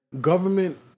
government